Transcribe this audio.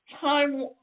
Time